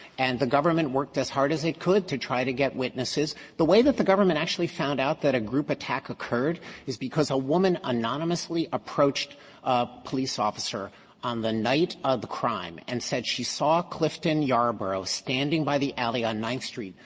and the government worked as hard as it could to try to get witnesses. the way that the government actually found out that a group attack occurred was because a woman anonymously approached a police officer on the night of the crime and said she he saw clifton yarborough standing by the alley on ninth street,